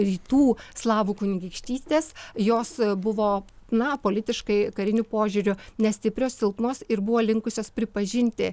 rytų slavų kunigaikštystės jos buvo na politiškai kariniu požiūriu nestiprios silpnos ir buvo linkusios pripažinti